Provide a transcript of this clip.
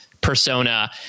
persona